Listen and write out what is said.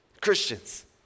Christians